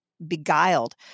beguiled